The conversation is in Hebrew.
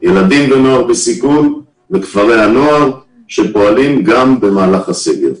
ילדים ונוער בסיכון וכפרי הנוער שפועלים גם במהלך הסגר.